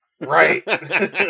Right